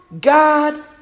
God